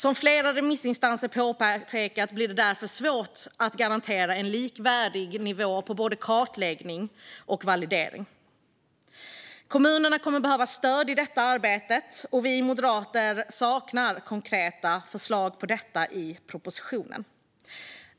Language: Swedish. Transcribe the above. Som flera remissinstanser har påpekat blir det därför svårt att garantera en likvärdig nivå på både kartläggning och validering. Kommunerna kommer att behöva stöd i detta arbete, och vi moderater saknar konkreta förslag på detta i propositionen.